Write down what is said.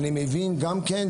אני מבין גם כן,